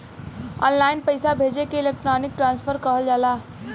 online पइसा भेजे के इलेक्ट्रानिक ट्रांसफर कहल जाला